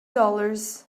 dollars